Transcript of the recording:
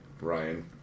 Ryan